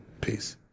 Peace